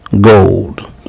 gold